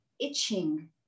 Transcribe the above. itching